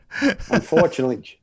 Unfortunately